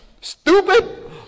Stupid